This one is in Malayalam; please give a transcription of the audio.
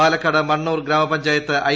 പാലക്കാട് മണ്ണൂർ ഗ്രാമപഞ്ചായത്ത് ഐ